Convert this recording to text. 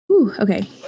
Okay